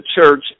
church